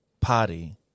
party